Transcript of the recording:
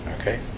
okay